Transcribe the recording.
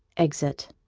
exit